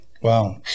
Wow